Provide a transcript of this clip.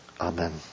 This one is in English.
Amen